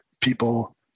people